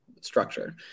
structure